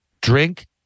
drink